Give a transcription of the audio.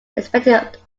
expected